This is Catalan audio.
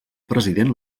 president